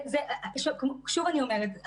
שוב אני אומרת,